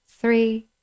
three